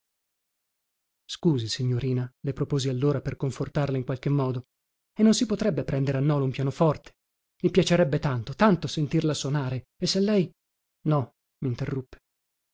scusi signorina le proposi allora per confortarla in qualche modo e non si potrebbe prendere a nolo un pianoforte i piacerebbe tanto tanto sentirla sonare e se lei no minterruppe